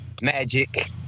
Magic